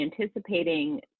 anticipating